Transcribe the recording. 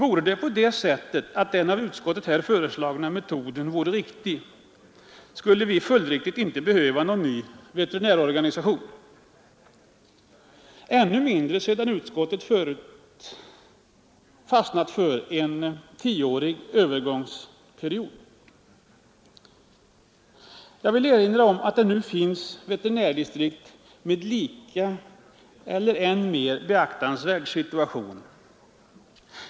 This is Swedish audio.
Om den av utskottet här föreslagna metoden vore riktig, skulle vi — följdriktigt — inte behöva någon ny distriktsveterinärorganisation, och det ännu mindre sedan utskottet fastnat för en tioårig övergångstid. Jag vill erinra om att det nu finns veterinärdistrikt med lika eller ännu mer beaktansvärd situation.